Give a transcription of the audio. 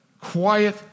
quiet